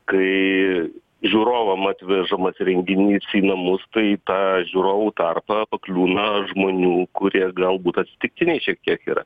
kai žiūrovam atvežamas renginys į namus tai į tą žiūrovų tarpą pakliūna žmonių kurie galbūt atsitiktiniai šiek tiek yra